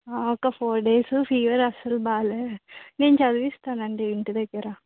ఒక four days fever అస్సలు బాగోలేదు నేను చదివిస్తాను అండి ఇంటి దగ్గర